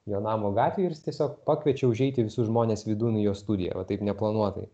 jo namo gatvių ir jis tiesiog pakviečia užeiti visus žmones vidun į jo studiją va taip neplanuotai